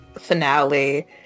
finale